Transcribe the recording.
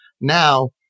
now